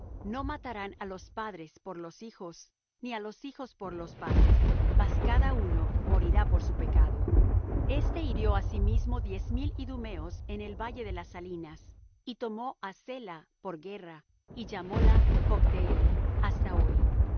no matarán á los padres por los hijos ni á los hijos por los padres mas cada uno morirá por su pecado este hirió asimismo diez mil idumeos en el valle de las salinas y tomó á sela por guerra y llamóla jocteel hasta hoy